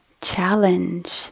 challenge